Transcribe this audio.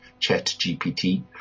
ChatGPT